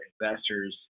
investors